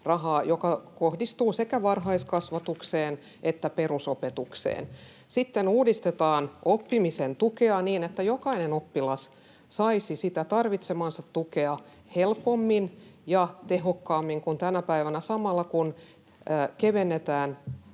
joka kohdistuu sekä varhaiskasvatukseen että perusopetukseen. Sitten uudistetaan oppimisen tukea niin, että jokainen oppilas saisi sitä tarvitsemaansa tukea helpommin ja tehokkaammin kuin tänä päivänä, samalla kun kevennetään